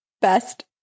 Best